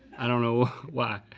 i don't know why.